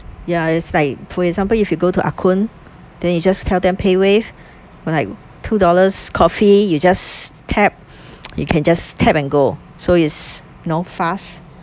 ya it's like for example if you go to ah Kun then you just tell them paywave like two dollars coffee you just tap you can just tap and go so is know fast